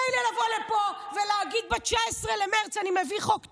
מילא לבוא פה ולהגיד: ב-19 במרץ אני מביא חוק טוב,